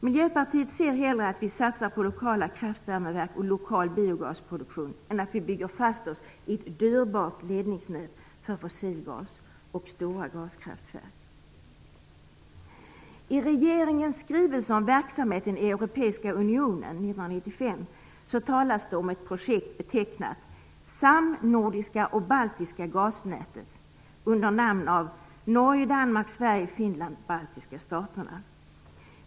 Miljöpartiet ser hellre att vi satsar på lokala kraftvärmeverk och lokal biogasproduktion än att vi bygger fast oss i ett dyrbart ledningsnät för fossilgas och stora gaskraftverk. I regeringens skrivelse om verksamheten i Europeiska unionen 1995 talas det om ett projekt betecknat Samnordiska och baltiska gasnätet med Norge, Danmark, Sverige, Finland och de baltiska staterna.